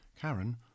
Karen